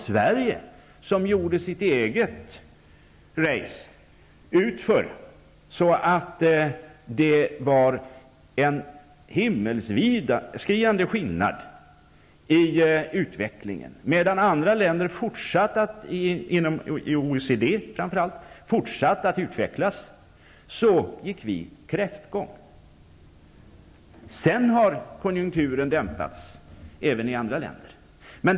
Sverige gjorde ett eget ''race'' utför. Det var en himmelsvid skillnad i utveckling i olika länder. Medan andra länder, framför allt inom OECD, fortsatte att utvecklas gick vi kräftgång. Sedan har konjunkturen dämpats även i andra länder.